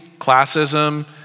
classism